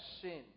sin